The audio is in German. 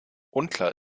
unklar